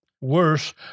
worse